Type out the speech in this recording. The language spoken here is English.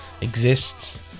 exists